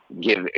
Give